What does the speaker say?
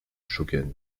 shogun